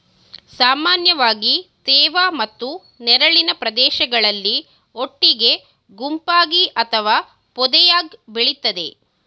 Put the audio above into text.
ಸಾಮಾನ್ಯವಾಗಿ ತೇವ ಮತ್ತು ನೆರಳಿನ ಪ್ರದೇಶಗಳಲ್ಲಿ ಒಟ್ಟಿಗೆ ಗುಂಪಾಗಿ ಅಥವಾ ಪೊದೆಯಾಗ್ ಬೆಳಿತದೆ